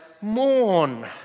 mourn